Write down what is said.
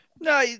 no